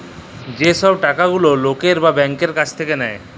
যে সব টাকা গুলা লকের বা ব্যাংকের কাছ থাক্যে লায়